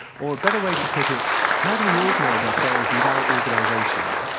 or a better way to put it how do we organize ourselves without organizations?